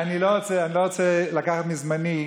אני לא רוצה לקחת מזמני,